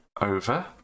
over